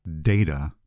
data